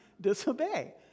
disobey